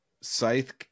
Scythe